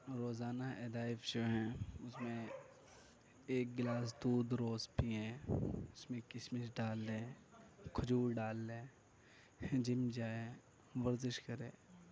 روزانہ ادائب جو ہیں اُس میں ایک گلاس دودھ روز پیئیں اس میں کشمش ڈال لیں کھجور ڈال لیں جم جائیں ورزش کریں